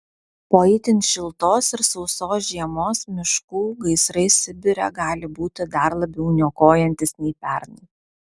po itin šiltos ir sausos žiemos miškų gaisrai sibire gali būti dar labiau niokojantys nei pernai